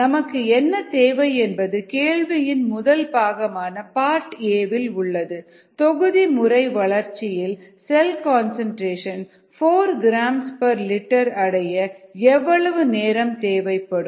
நமக்கு என்ன தேவை என்பது கேள்வியின் முதல் பாகமான பார்ட் a வில் உள்ளது தொகுதி முறை வளர்ச்சியில் செல் கன்சன்ட்ரேஷன் 4gl அடைய எவ்வளவு நேரம் தேவைப்படும்